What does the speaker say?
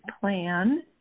plan